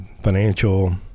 financial